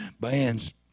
bands